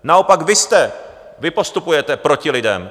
Naopak vy jste... vy postupujete proti lidem.